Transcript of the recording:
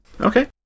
Okay